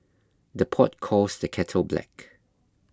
the pot calls the kettle black